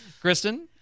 kristen